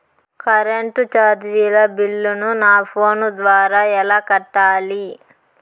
Current చార్జీల బిల్లును, నా ఫోను ద్వారా ఎలా కట్టాలి?